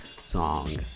song